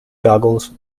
googles